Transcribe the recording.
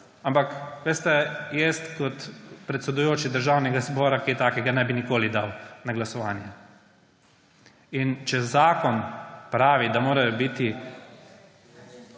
Ampak, veste, jaz kot predsedujoči Državnega zbora kaj takega ne bi nikoli dal na glasovanje. Če zakon pravi, da morajo biti